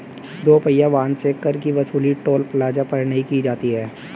दो पहिया वाहन से कर की वसूली टोल प्लाजा पर नही की जाती है